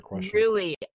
Truly